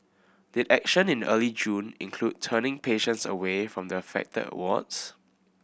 did action in early June include turning patients away from the affected wards